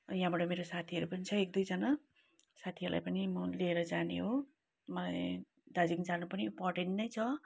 यहाँबाट मेरो साथीहरू पनि छ एक दुईजाना साथीहरूलाई पनि म लिएर जाने हो मलाई दार्जिलिङ जानु पनि इम्पोर्टेन्ट नै छ